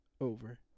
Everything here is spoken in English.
over